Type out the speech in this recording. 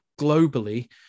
globally